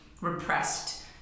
repressed